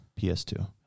PS2